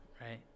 right